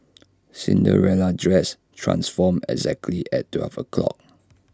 Cinderella's dress transformed exactly at twelve o'clock